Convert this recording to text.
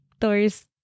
Thor's